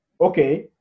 okay